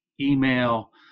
email